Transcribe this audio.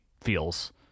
feels